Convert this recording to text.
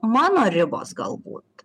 mano ribos galbūt